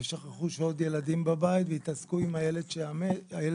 הם שכחו שיש עוד ילדים בבית והתעסקו עם הילד שמת